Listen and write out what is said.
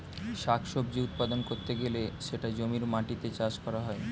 শাক সবজি উৎপাদন করতে গেলে সেটা জমির মাটিতে চাষ করা হয়